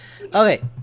Okay